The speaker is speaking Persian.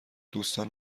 دوستان